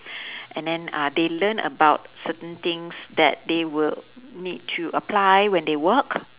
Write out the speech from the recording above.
and then uh they learn about certain things that they will need to apply when they work